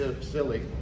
silly